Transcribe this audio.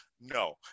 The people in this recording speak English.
No